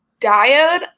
Diode